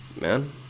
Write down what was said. man